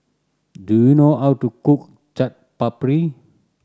do you know how to cook Chaat Papri